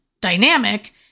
dynamic